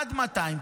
עד 200,